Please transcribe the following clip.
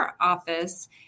office